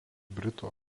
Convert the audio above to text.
britų